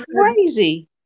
crazy